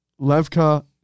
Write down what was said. Levka